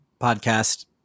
podcast